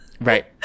Right